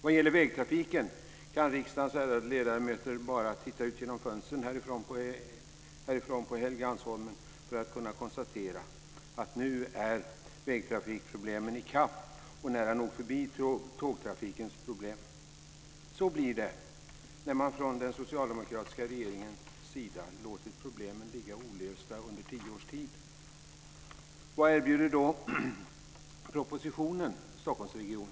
Vad gäller vägtrafiken kan riksdagens ärade ledamöter bara titta ut genom fönstren härifrån på Helgeandsholmen för att kunna konstatera att vägtrafikproblemen nu är i kapp och nära nog förbi tågtrafikens problem. Så blir det när man från den socialdemokratiska regeringens sida låter problemen ligga olösta under tio års tid. Vad erbjuder då propositionen Stockholmsregionen?